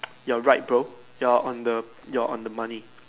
you are right bro you are on the you are on the money